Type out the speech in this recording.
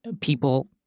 people